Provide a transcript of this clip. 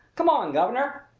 come on, guv'nor!